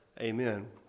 Amen